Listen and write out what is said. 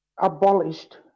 abolished